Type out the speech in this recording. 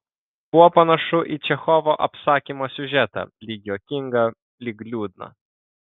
buvo panašu į čechovo apsakymo siužetą lyg juokingą lyg liūdną